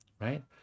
right